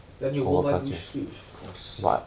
then you go buy blue switch 好笑